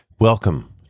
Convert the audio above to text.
Welcome